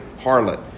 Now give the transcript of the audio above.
harlot